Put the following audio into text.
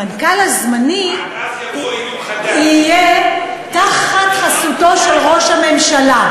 המנכ"ל הזמני יהיה תחת חסותו של ראש הממשלה.